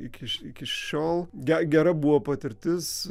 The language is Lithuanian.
iki šiol iki šiol ge gera buvo patirtis